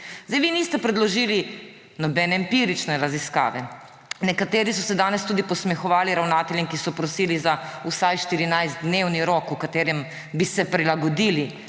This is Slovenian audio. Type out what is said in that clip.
Vi niste predložili nobene empirične raziskave. Nekateri so se danes tudi posmehovali ravnateljem, ki so prosili za vsaj 14-dnevni rok, v katerem bi se prilagodili